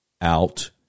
out